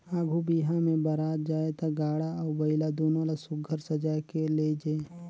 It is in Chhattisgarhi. आघु बिहा मे बरात जाए ता गाड़ा अउ बइला दुनो ल सुग्घर सजाए के लेइजे